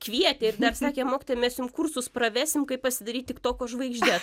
kvietė ir dar sakė mokytoja mes jum kursus pravesim kaip pasidaryt tiktoko žvaigžde